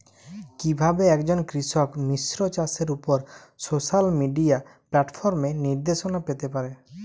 কিভাবে একজন কৃষক মিশ্র চাষের উপর সোশ্যাল মিডিয়া প্ল্যাটফর্মে নির্দেশনা পেতে পারে?